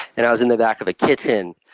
and i was in the back of a kitchen,